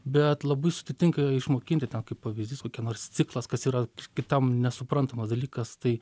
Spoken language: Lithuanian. bet labai sudėtinga išmokinti tą pavyzdys kokia nors ciklas kas yra kitam nesuprantamas dalykas tai